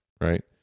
right